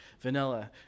vanilla